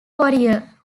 warrior